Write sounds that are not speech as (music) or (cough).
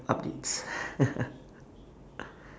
updates (laughs)